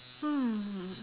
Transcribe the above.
hmm